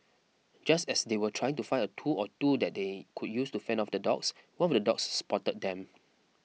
just as they were trying to find a tool or two that they could use to fend off the dogs one of the dogs spotted them